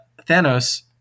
Thanos